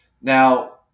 Now